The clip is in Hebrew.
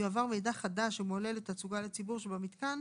יועבר מידע חדש שמועלה לתצוגה לציבור שבמיתקן